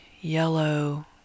yellow